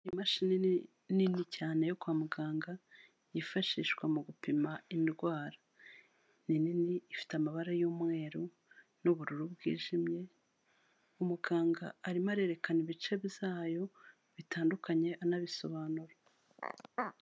Imashini nini cyane yo kwa muganga, yifashishwa mu gupima indwara, ni nini ifite amabara y'umweru n'ubururu bwijimye, umuganga arimo arerekana ibice byayo bitandukanye anabisobanura.